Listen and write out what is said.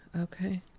Okay